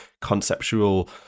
conceptual